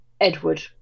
Edward